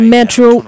Metro